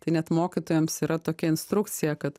tai net mokytojams yra tokia instrukcija kad